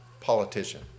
politician